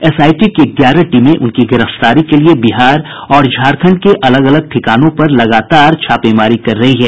SIT की ग्यारह टीमें उनकी गिरफ्तारी के लिये बिहार और झारखण्ड के अलग अलग ठिकानों पर लगातार छापेमारी कर रही है